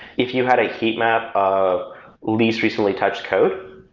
if you had a heat map of least recently touched code,